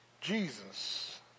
Jesus